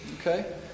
Okay